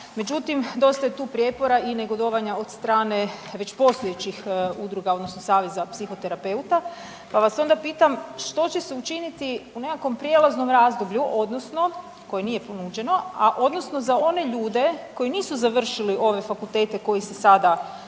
međutim dosta je tu prijepora i negodovanja od strane već postojećih udruga odnosno Saveza psihoterapeuta, pa vas onda pitam što će se učiniti u nekakvom prijelaznom razdoblju odnosno koje nije ponuđeno, a odnosno za one ljude koji nisu završili ove fakultete koji se sada